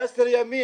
עשרה ימים